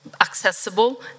accessible